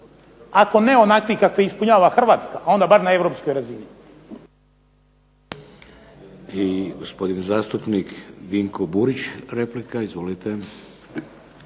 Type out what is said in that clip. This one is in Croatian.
ako ne onakvi kakve ispunjava Hrvatska onda bar na europskoj razini.